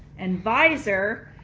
and vysor